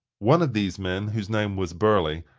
one of these men, whose name was burley,